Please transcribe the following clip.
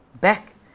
back